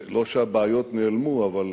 לא שהבעיות נעלמו, אבל